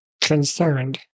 concerned